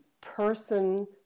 person